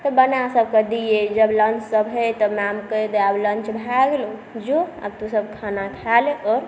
तऽ बनाकऽ दिए जब लन्च सब होइ तऽ मैम कहि दै आब लन्च भऽ गेलौ जो आब तूसब खाना खा ले आओर